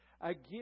again